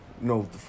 No